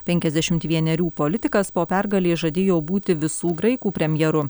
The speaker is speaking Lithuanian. penkiasdešimt vienerių politikas po pergalės žadėjo būti visų graikų premjeru